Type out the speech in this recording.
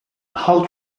hull